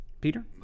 Peter